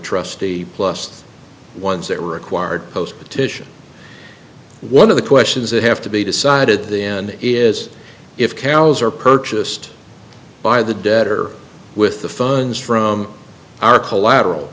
trustee plus the ones that were acquired post petition one of the questions that have to be decided the end is if kal's are purchased by the debtor with the funds from our collateral